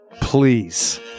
Please